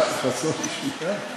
אני רוצה לשאול שאלה.